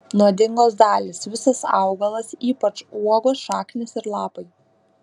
nuodingos dalys visas augalas ypač uogos šaknys ir lapai